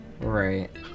Right